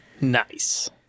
Nice